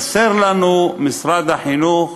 משרד החינוך